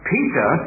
Peter